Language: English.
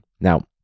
Now